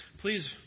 Please